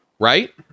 Right